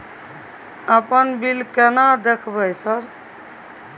अपन बिल केना देखबय सर?